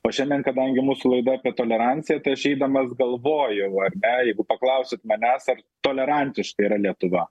o šiandien kadangi mūsų laida apie toleranciją tai aš eidamas galvojau ar ne jeigu paklausit manęs ar tolerantiška yra lietuva